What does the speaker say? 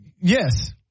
Yes